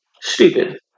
stupid